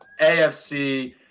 AFC